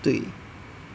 对